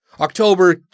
October